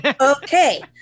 Okay